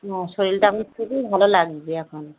হ্যাঁ শরীরটা এখন খুবই ভালো লাগছে এখন